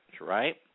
right